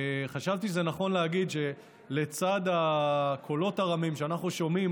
חשבתי שזה נכון להגיד שלצד הקולות הרמים שאנחנו שומעים